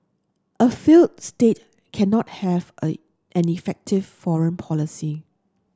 a failed state cannot have a an effective foreign policy